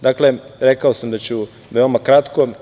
Dakle, rekao sam da ću veoma kratko.